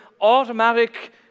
automatic